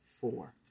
four